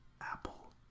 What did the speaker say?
Apple